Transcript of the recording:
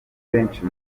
benshi